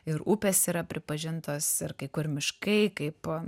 ir upės yra pripažintos ir kai kur miškai kaip